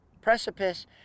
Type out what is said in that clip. Precipice